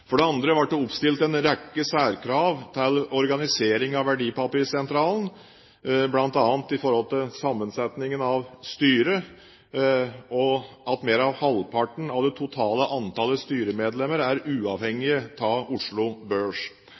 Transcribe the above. For det andre ble det oppstilt en rekke særkrav til organisering av Verdipapirsentralen, bl.a. når det gjaldt sammensetningen av styret – at mer enn halvparten av det totale antallet styremedlemmer er uavhengige av Oslo Børs,